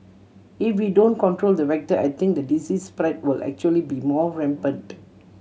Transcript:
if we don't control the vector I think the disease spread will actually be more rampant